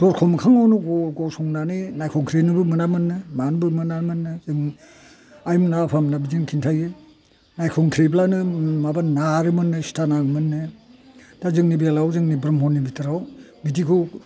दरखंमोखाङाव गसंनानै नायखंख्रिहरनोनो मोनामोननो मानोबो मोनामोननो जों आइ मोना आफामोना बिदिनो खिन्थायो नायखंख्रिब्लानो माबा नारोमोननो सुथानाङोमोननो दा जोंनि बेलायाव जोंनि ब्रहमनि बिथोराव बिदिखौ